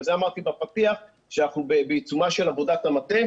בגלל זה אמרתי בפתיח שאנחנו בעיצומה של עבודת המטה